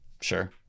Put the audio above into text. Sure